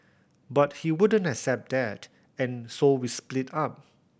but he wouldn't accept that and so we split up